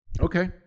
Okay